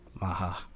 maha